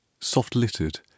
Soft-littered